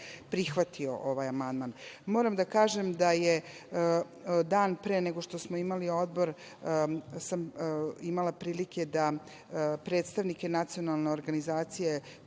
prihvatio ovaj amandman. Moram da kažem da je dan pre nego što smo imali Odbor, imala sam prilike da predstavnike nacionalne organizacije